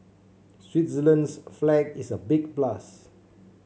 Switzerland's flag is a big plus